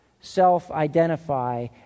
self-identify